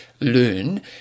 learn